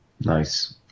Nice